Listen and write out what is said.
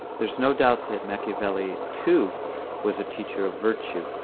there's no doubt that machiavelli too was a teacher of virtue.